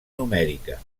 numèrica